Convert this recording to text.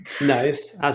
Nice